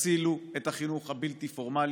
תצילו את החינוך הבלתי-פורמלי,